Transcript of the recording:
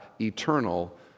eternal